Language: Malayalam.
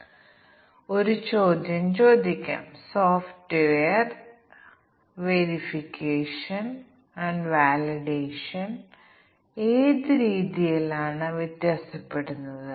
ഇവയിൽ ഓരോന്നും സ്വതന്ത്രമായി നമുക്ക് ഓണാക്കാനോ ഓഫാക്കാനോ സ്ട്രൈക്ക് ചെയ്യാനോ സൂപ്പർസ്ക്രിപ്റ്റ് സബ്സ്ക്രിപ്റ്റ് സ്മോൾ ക്യാപ്സ് മുതലായവയിലൂടെ ഇരട്ട സ്ട്രൈക്ക് ചെയ്യാനോ കഴിയും